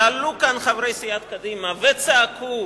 עלו כאן חברי סיעת קדימה וצעקו.